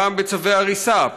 פעם בצווי הריסה,